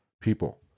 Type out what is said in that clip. people